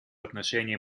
отношении